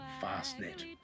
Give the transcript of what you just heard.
Fastnet